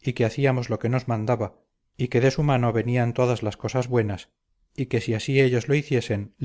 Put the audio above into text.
y que hacíamos lo que nos mandaba y que de su mano venían todas las cosas buenas y que si así ellos lo hiciesen